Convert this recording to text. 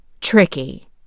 tricky